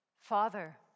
Father